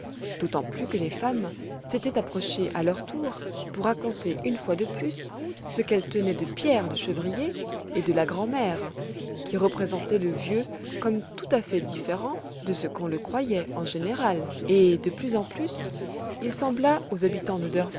d'autant plus que les femmes s'étaient approchées à leur tour pour raconter une fois de plus ce qu'elles tenaient de pierre le chevrier et de la grand'mère qui représentaient le vieux comme tout à fait différent de ce qu'on le croyait en général et de plus en plus il sembla aux habitants